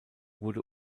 wurde